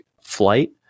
flight